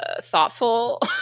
thoughtful